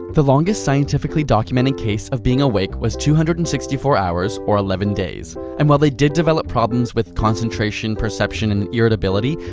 the longest scientifically documented case of being awake was two hundred and sixty four hours or eleven days. and while they did develop problems with concentration, perception and irritability,